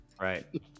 Right